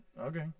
Okay